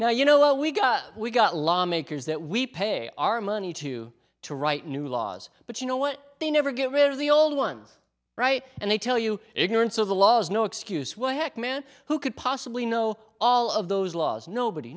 now you know we got we got lawmakers that we pay our money to to write new laws but you know what they never get rid of the old ones right and they tell you ignorance of the law is no excuse why heck man who could possibly know all of those laws nobody